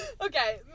Okay